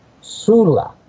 Sula